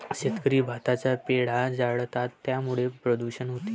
शेतकरी भाताचा पेंढा जाळतात त्यामुळे प्रदूषण होते